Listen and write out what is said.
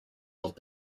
old